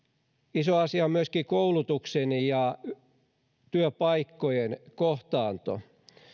iso asia on myöskin koulutuksen ja työpaikkojen kohtaanto